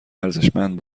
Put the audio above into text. ارزشمند